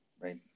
right